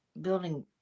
building